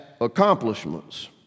accomplishments